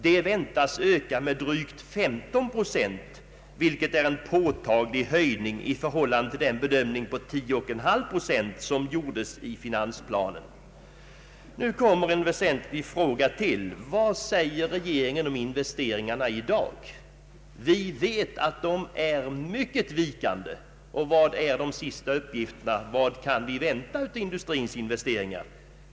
De väntas öka med drygt 15 procent, vilket är en påtaglig höjning i förhållande till den bedömning på 10,5 procent som gjordes i finansplanen. Nu kommer en väsentlig fråga till. Vad säger regeringen i dag om investeringarna? Vi vet att de är mycket vikande. Vad är de senaste uppgifterna? Vad kan vi vänta av industrins investeringar?